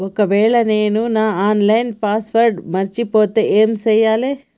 ఒకవేళ నేను నా ఆన్ లైన్ పాస్వర్డ్ మర్చిపోతే ఏం చేయాలే?